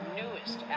newest